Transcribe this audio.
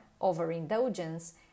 overindulgence